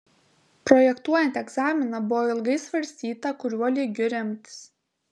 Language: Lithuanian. projektuojant egzaminą buvo ilgai svarstyta kuriuo lygiu remtis